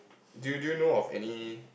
do you do know of any